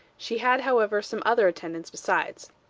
she had, however, some other attendants besides.